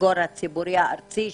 הסנגור הציבורי הארצי,